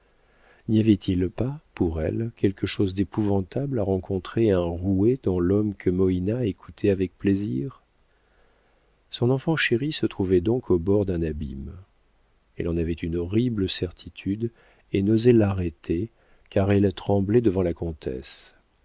avait-il pas pour elle quelque chose d'épouvantable à rencontrer un roué dans l'homme que moïna écoutait avec plaisir son enfant chérie se trouvait donc au bord d'un abîme elle en avait une horrible certitude et n'osait l'arrêter car elle tremblait devant la comtesse